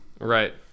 Right